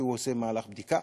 כי הוא עושה מהלך בדיקה.